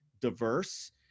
diverse